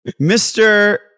Mr